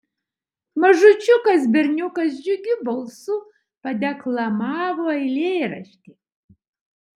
mažučiukas berniukas džiugiu balsu padeklamavo eilėraštį